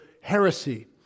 heresy